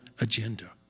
agenda